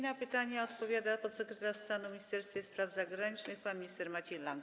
Na pytania odpowiada podsekretarz stanu w Ministerstwie Spraw Zagranicznych pan minister Maciej Lang.